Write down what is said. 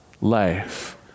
life